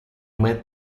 met